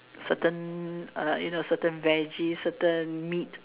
certain uh you know certain veggies certain meat